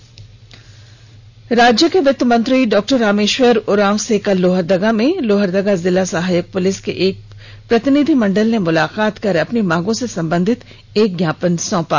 रामेश्वर उरांव राज्य के वित्तमंत्री डॉक्टर रामेश्वर उरांव से कल लोहरदगा में लोहरदगा जिला सहायक पुलिस के एक प्रतिनिधिमंडल ने मुलाकात कर अपनी मांगों से संबंधित एक ज्ञापन सौंपा